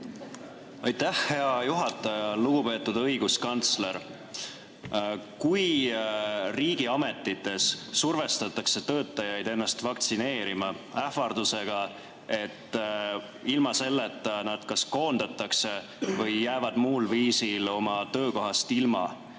Aitäh, hea juhataja! Lugupeetud õiguskantsler! Kui riigiametites survestatakse töötajaid ennast vaktsineerima ähvardusega, et ilma selleta nad koondatakse või jäävad muul viisil oma töökohast ilma,